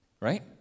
right